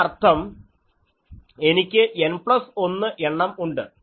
അതിനർത്ഥം എനിക്ക് N plus 1 എണ്ണം ഉണ്ട്